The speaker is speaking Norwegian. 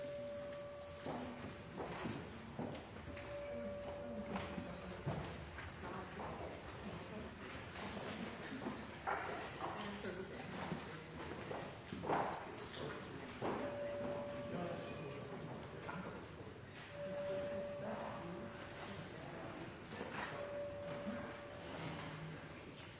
Strand